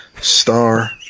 Star